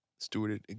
stewarded